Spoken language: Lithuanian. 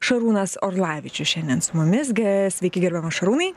šarūnas orlavičius šiandien su mumis g sveiki gerbiamas šarūnai